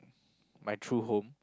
my true home